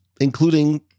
including